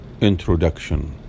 Introduction